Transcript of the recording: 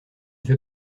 vais